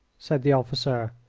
said the officer,